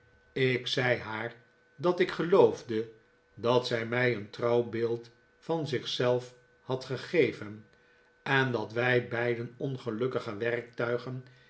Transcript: gij zoudt haar dat ik geloofde dat zij mij een trouw beeld van zich zelf had gegeven en dat wij beiden ongelukkige werktuigen